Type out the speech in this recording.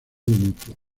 mutuo